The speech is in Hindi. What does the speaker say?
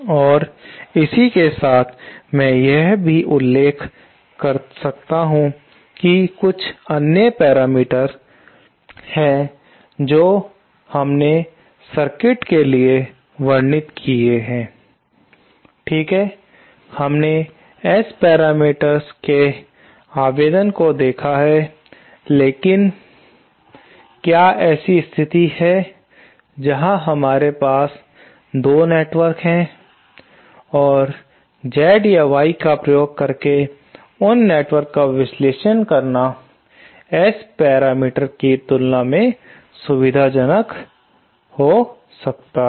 और इसी के साथ मैं यह भी उल्लेख कर सकता हूं कि कुछ अन्य पैरामीटर हैं जो हमने सर्किट के लिए वर्णित किए हैं ठीक है हमने S पैरामीटर्स के आवेदन को देखा है लेकिन क्या ऐसी स्थिति है जहां हमारे पास 2 नेटवर्क है और Z या Y का प्रयोग करके उन 2 नेटवर्क का विश्लेषण करना S पैरामीटर्स की तुलना में अधिक सुविधाजनक हो सकते हैं